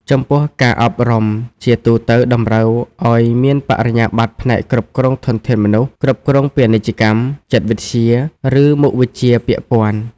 ចំពោះ ការអប់រំ ជាទូទៅតម្រូវឱ្យមានបរិញ្ញាបត្រផ្នែកគ្រប់គ្រងធនធានមនុស្ស គ្រប់គ្រងពាណិជ្ជកម្ម ចិត្តវិទ្យា ឬមុខវិជ្ជាពាក់ព័ន្ធ។